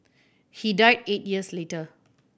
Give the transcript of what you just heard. he died eight years later